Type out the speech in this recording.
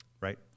Right